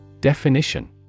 Definition